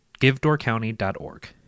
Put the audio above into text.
givedoorcounty.org